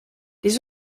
les